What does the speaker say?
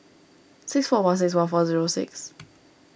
six four one six one four zero six